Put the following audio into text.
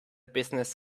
business